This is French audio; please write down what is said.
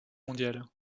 mondiale